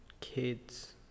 kids